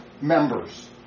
members